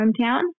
hometown